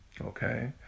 okay